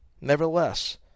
Nevertheless